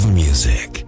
music